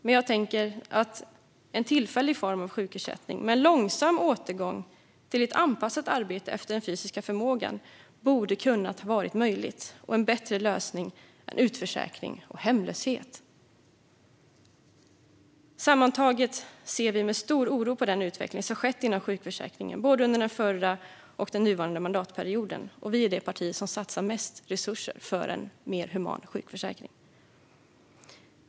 Men en tillfällig form av sjukersättning med en långsam återgång till ett anpassat arbete efter den fysiska förmågan borde ha varit möjlig och en bättre lösning än utförsäkring och hemlöshet. Sammantaget ser vi med stor oro på den utveckling som skett inom sjukförsäkringen, både under den förra och den nuvarande mandatperioden. Vi är det parti som satsar mest resurser för en mer human sjukförsäkring.